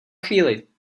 chvíli